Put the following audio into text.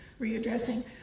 readdressing